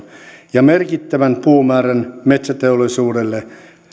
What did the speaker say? ja merkittävän puumäärän metsäteollisuudelle